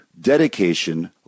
dedication